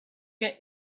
get